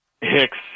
Hicks